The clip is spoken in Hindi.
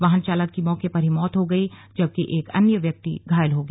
वाहन चालक की मौके पर ही मौत हो गई जबकि एक अन्य व्यक्ति घायल हो गया